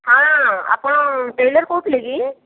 ହଁ ଆପଣ ଟେଲର୍ କହୁଥିଲେ କି